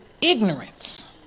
ignorance